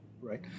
right